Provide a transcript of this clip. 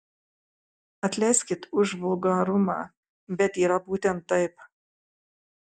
atleiskit už vulgarumą bet yra būtent taip